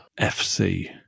fc